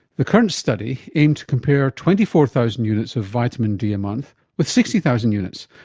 the current study aimed to compare twenty four thousand units of vitamin d a month with sixty thousand units,